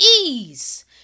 ease